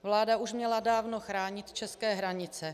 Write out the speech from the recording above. Vláda už měla dávno chránit české hranice.